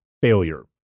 Failure